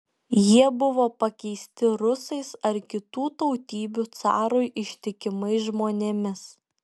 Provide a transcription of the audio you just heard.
jie buvo pakeisti rusais ar kitų tautybių carui ištikimais žmonėmis